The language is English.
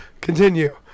Continue